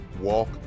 walk